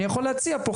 אני יכול להציע פה,